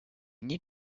need